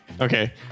Okay